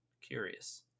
Curious